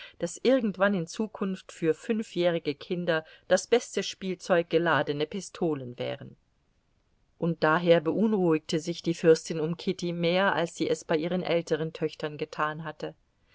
irgendwann in zukunft für fünfjährige kinder das beste spielzeug geladene pistolen wären und daher beunruhigte sich die fürstin um kitty mehr als sie es bei ihren älteren töchtern getan hatte